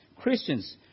christians